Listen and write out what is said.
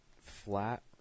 Flat